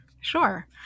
Sure